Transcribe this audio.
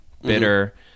bitter